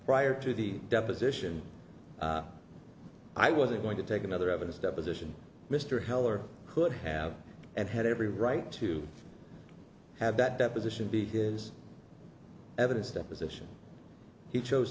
prior to the deposition i wasn't going to take another evidence deposition mr heller could have and had every right to have that deposition be his evidence deposition he chose